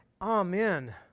Amen